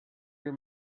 your